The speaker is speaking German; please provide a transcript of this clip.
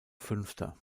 fünfter